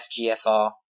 FGFR